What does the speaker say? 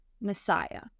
messiah